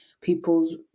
people's